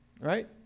right